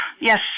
Yes